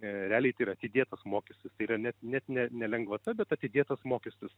realiai tai yra atidėtas mokestis tai yra net net ne ne lengvata bet atidėtas mokestis